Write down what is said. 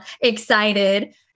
excited